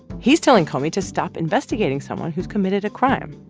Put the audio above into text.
he's telling comey to stop investigating someone who's committed a crime.